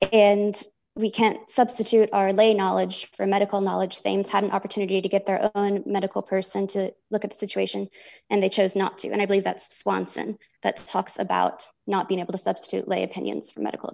and we can't substitute our lay knowledge for medical knowledge fames had an opportunity to get their medical person to look at the situation and they chose not to and i believe that swanson that talks about not being able to substitute lay opinions for medical